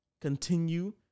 Continue